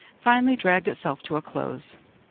finally dragged itself to a close.